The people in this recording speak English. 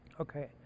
Okay